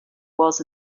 was